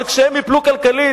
אבל כשהם ייפלו כלכלית,